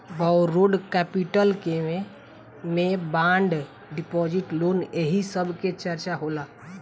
borrowed capital के में bond deposit loan एही सब के चर्चा होला